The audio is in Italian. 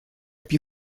più